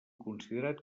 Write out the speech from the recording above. considerat